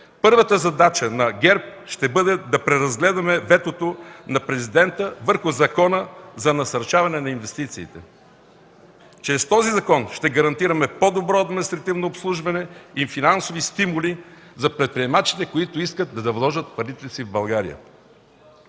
първата задача на ГЕРБ ще бъде да преразгледаме ветото на Президента върху Закона за насърчаване на инвестициите. Чрез този закон ще гарантираме по-добро административно обслужване и финансови стимули за предприемачите, които искат да вложат парите си в България.